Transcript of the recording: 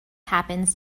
happens